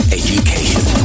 education